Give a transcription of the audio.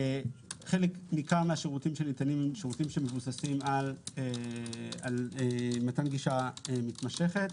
חלק ניכר מהשירותים שניתנים - שירותים שמבוססים על מתן גישה מתמשכת.